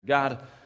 God